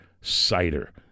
cider